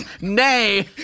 Nay